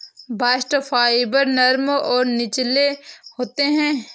bast fibre नरम और लचीले होते हैं